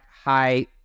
high